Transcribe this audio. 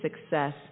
success